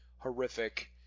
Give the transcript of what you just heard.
Horrific